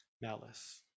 malice